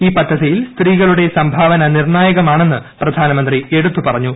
ഈ പദ്ധതിയിൽ സ്ത്രീകളുടെ സംഭാവന നിർണ്ണായകമാണെന്ന് പ്രധാനമന്ത്രി എടുത്തു പറഞ്ഞു